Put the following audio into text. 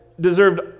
deserved